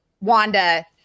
Wanda